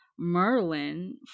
merlin